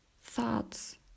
thoughts